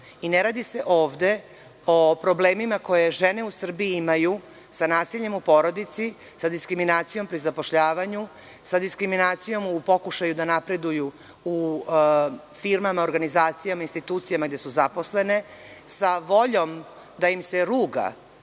Ne redi se ovde o problemima koje žene u Srbiji imaju sa nasiljem u porodici, sa diskriminacijom pri zapošljavanju, sa diskriminacijom u pokušaju da napreduju u firmama, organizacijama, institucijama gde su zaposlene, sa voljom da im se ruga